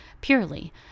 purely